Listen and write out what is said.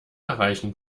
erreichen